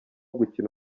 gukina